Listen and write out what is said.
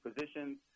positions